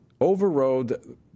overrode